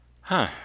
Huh